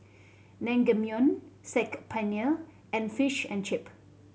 Naengmyeon Saag Paneer and Fish and Chip